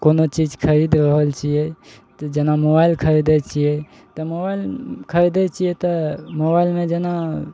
कोनो चीज खरीद रहल छियै तऽ जेना मोबाइल खरीदइ छियै तऽ मोबाइल खरिदइ छियै तऽ मोबाइलमे जेना